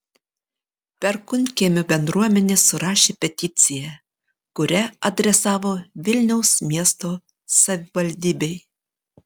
perkūnkiemio bendruomenė surašė peticiją kurią adresavo vilniaus miesto savivaldybei